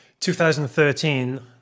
2013